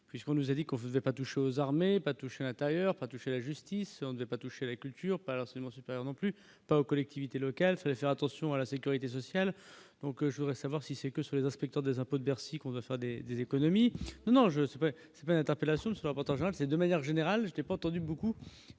puisqu'on nous a dit qu'on faisait pas touche aux armées pas l'intérieur pas toucher la justice ne veut pas toucher les cultures pas seulement supérieur non plus, pas aux collectivités locales, c'est faire attention à la sécurité sociale, donc je voudrais savoir si c'est que sur les inspecteurs des impôts de Bercy qu'on veut faire des économies non je sais pas c'est interpellation ne soit votée en juin c'est de manière générale, je n'ai pas entendu beaucoup